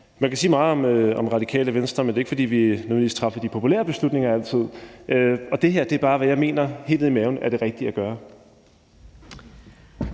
Man kan sige meget om Radikale Venstre, men det er ikke, fordi vi nødvendigvis altid træffer de populære beslutninger, og det her er bare, hvad jeg helt nede i maven mener er det rigtige at gøre.